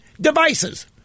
devices